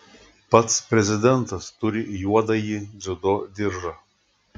pats prezidentas turi juodąjį dziudo diržą